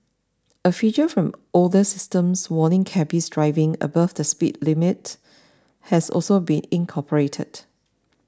a feature from older systems warning cabbies driving above the speed limit has also been incorporated